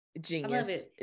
Genius